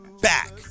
back